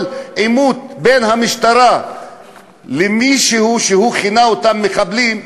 עימות בין המשטרה למי שהוא כינה מחבלים,